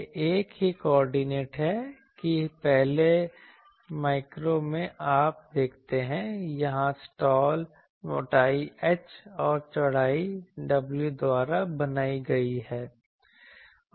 यह एक ही कोऑर्डिनेट है कि पहले माइक्रो में आप देखते हैं यहाँ स्लॉट मोटाई h और चौड़ाई w द्वारा बनाई गई है